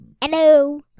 Hello